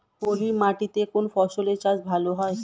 পলি মাটিতে কোন ফসলের চাষ ভালো হয়?